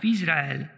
Israel